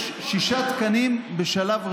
יש שישה תקנים בשלב ראשון,